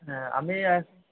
হ্যাঁ আমি এক